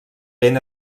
ben